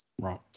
Right